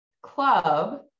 club